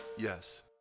Yes